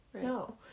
no